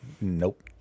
nope